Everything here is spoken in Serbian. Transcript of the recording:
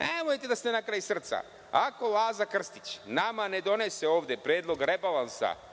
Nemojte da ste na kraj srca. Ako Laza Krstić nama ne donese ovde predlog rebalansa